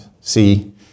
see